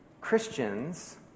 Christians